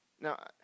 now